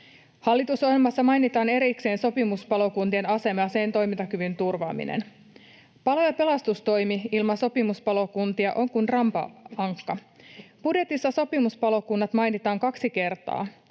Hallitusohjelmassa mainitaan erikseen sopimuspalokuntien asema ja toimintakyvyn turvaaminen. Palo- ja pelastustoimi ilman sopimuspalokuntia on kuin rampa ankka. Budjetissa sopimuspalokunnat mainitaan kaksi kertaa,